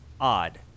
odd